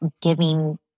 giving